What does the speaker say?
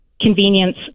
convenience